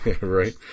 right